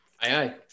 Aye